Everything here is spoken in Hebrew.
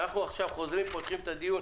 אנחנו עכשיו חוזרים, פותחים את הדיון.